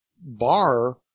bar